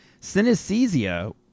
synesthesia